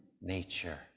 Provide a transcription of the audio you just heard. nature